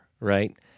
right